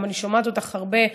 אני גם שומעת אותך הרבה,